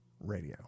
radio